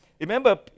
Remember